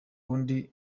wundi